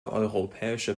europäische